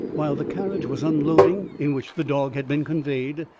while the carriage was unloading in which the dog had been conveyed,